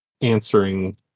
answering